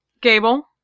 Gable